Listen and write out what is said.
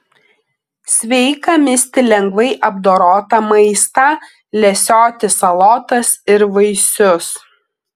sveika misti lengvai apdorotą maistą lesioti salotas ir vaisius